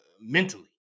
mentally